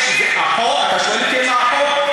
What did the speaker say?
אתה שואל אותי מה החוק?